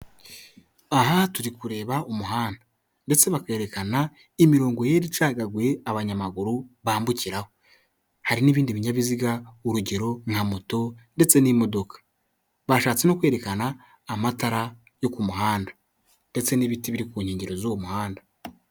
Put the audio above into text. Aha turi kureba umuhanda ndetse bakerekana imirongo yera icagaguye, abanyamaguru bambukiraho hari n'ibindi binyabiziga urugero nka moto, ndetse n'imodoka bashatse no kwerekana amatara yo ku muhanda ndetse n'ibiti biri ku nkengero z'uwo muhanda.